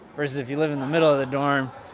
versus if you live in the middle of the dorm,